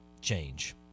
change